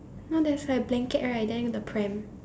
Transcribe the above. no there's like a blanket right then the pram